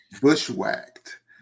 bushwhacked